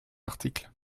article